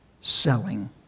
selling